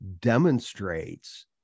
demonstrates